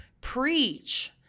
preach